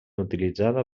utilitzada